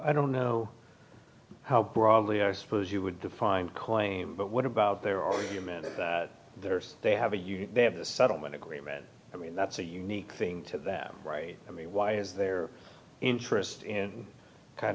i don't know how broadly i suppose you would define claim but what about their argument there's they have a union they have this settlement agreement i mean that's a unique thing to them i mean why is their interest in kind